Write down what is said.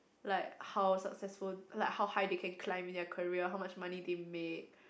like how successful like how high they can climb in their career how much money they can make